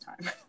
time